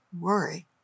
worry